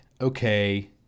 okay